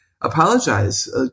Apologize